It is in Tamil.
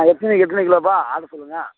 ஆ எத்தினை எத்தினை கிலோப்பா ஆர்டர் சொல்லுங்கள்